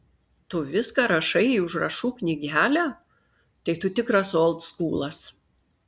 tu viską rašai į užrašų knygelę tai tu tikras oldskūlas